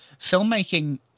filmmaking